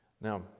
Now